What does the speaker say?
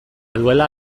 duela